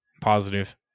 Positive